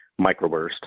microburst